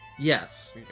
Yes